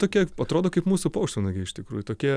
tokie kaip atrodo kaip mūsų paukštvanagiai iš tikrųjų tokie